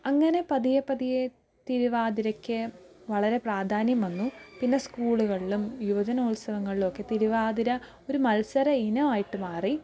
അങ്ങനെ പതിയെ പതിയെ തിരുവാതിരയ്ക്ക് വളരെ പ്രാധാന്യം വന്നു പിന്നെ സ്കൂളുകളിലും യുവജനോത്സവങ്ങളിലും ഒക്കെ തിരുവാതിര ഒരു മത്സര ഇനമായിട്ട് മാറി